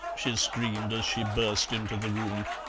she screamed as she burst into the room.